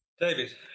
David